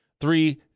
Three